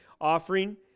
offering